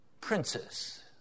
Princess